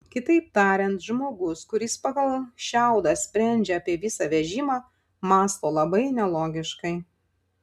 kitaip tariant žmogus kuris pagal šiaudą sprendžia apie visą vežimą mąsto labai nelogiškai